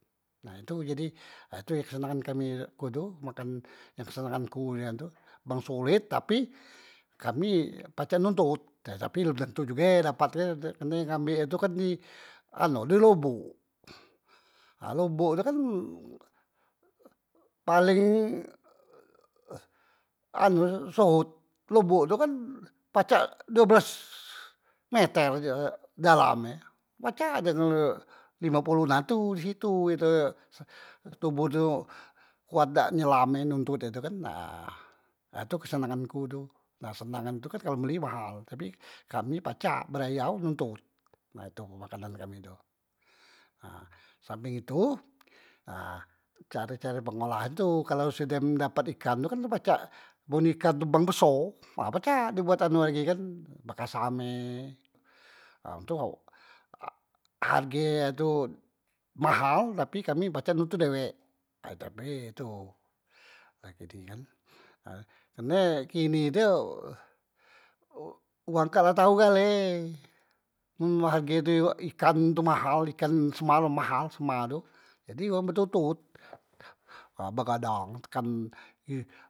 Nah itu jadi ha tu yang kesenangan kami ku tu makan yang kesenangan ku nian tu, bang solet tapi kami pacak nontot he tapi lom tentu juge dapat tu kan, kerne ngambek e tu kan di anu di lobok, ha lobok tu kan paleng ee anu sohot lobok tu kan pacak due belas meter dalamnye pacak lime poloh, ha tu di situ te se toboh tu kuat dak nyelam e, nontot e tu kan ha tu kesenangan ku tu, na kesenangan tu kan man beli mahal tapi kami pacak belayar notot ha tu makanan kami tu ha sampeng itu ha care- care pengolahan tu kalu sudem dapat ikan tu kan pacak bun ikan tu bang beso ha pacak di buat anu lagi kan bekasam e. ha itu harge he tu mahal tapi kami pacak notot dewek ha tapi itu jadi kan, kerne kini tu ee wang kak la tau gale men harge tu iw- ikan tu mahal ikan sema tu mahal sema tu jadi wong betotot, ha begadang tekan hi.